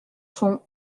son